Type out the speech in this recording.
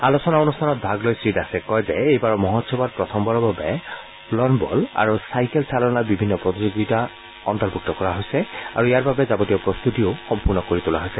আলোচনা অনুষ্ঠানত ভাগ লৈ শ্ৰীদাসে কয় যে এইবাৰৰ মহোৎসৱত প্ৰথমবাৰৰ বাবে লন বল আৰু চাইকেল চালনাৰ বিভিন্ন প্ৰতিযোগিতা অন্তৰ্ভুক্ত কৰা হৈছে আৰু ইয়াৰ বাবে যাৱতীয় প্ৰস্ততিও সম্পূৰ্ণ কৰি তোলা হৈছে